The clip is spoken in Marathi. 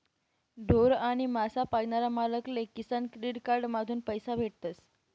ढोर आणि मासा पायनारा मालक ले किसान क्रेडिट कार्ड माधून पैसा भेटतस